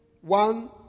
one